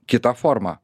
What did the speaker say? kita forma